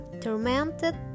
tormented